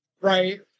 right